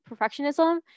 perfectionism